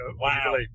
Wow